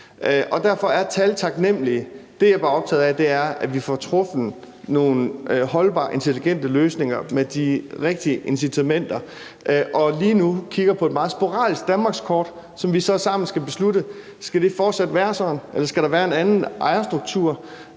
Derfor er tal taknemlige. Det, jeg bare er optaget af, er, at vi får truffet nogle holdbare og intelligente løsninger med de rigtige incitamenter, og lige nu kigger vi på et meget sporadisk danmarkskort, hvor vi så sammen skal beslutte, om det fortsat skal være sådan, eller om der, når det drejer